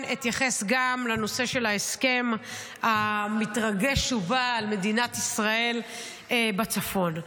לנושא של ההסכם המתרגש ובא על מדינת ישראל בצפון.